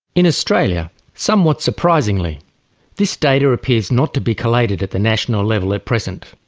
in australia somewhat surprisingly this data appears not to be collated at the national level at present.